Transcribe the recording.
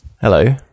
Hello